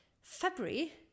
February